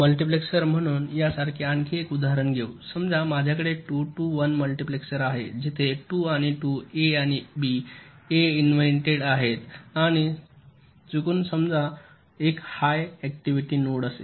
multiplexer म्हणू यासारखे आणखी एक उदाहरण घेऊ समजा माझ्याकडे 2 टू 1 मल्टिप्लेसर आहे जिथे 2 आणि 2 A आणि B A इन्व्हर्टेड आहेत आणि चुकून समजा समजा एक हाय ऍक्टिव्हिटी नोड आहे